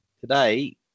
Today